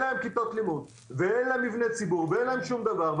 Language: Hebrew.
להם כיתות לימוד ואין להם מבני ציבור ואין להם שום דבר.